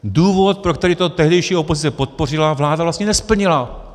Důvod, pro který to tehdejší opozice podpořila, vláda vlastně nesplnila.